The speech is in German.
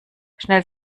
schnell